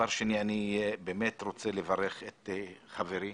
אני רוצה לברך את חברי